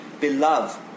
beloved